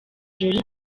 jolly